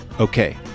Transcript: Okay